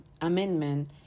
amendment